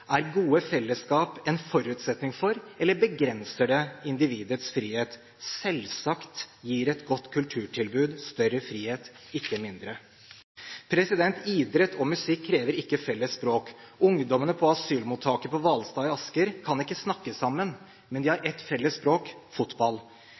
Er gode fellesskap en forutsetning for eller begrenser det individets frihet? Selvsagt gir et godt kulturtilbud større frihet, ikke mindre. Idrett og musikk krever ikke felles språk. Ungdommene på asylmottaket på Hvalstad i Asker kan ikke snakke sammen, men de har